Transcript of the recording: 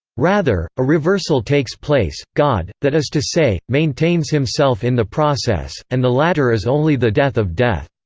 rather, a reversal takes place god, that is to say, maintains himself in the process, and the latter is only the death of death.